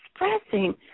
expressing